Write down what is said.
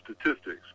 statistics